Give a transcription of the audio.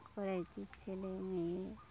করেছি ছেলে মেয়ের